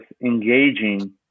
engaging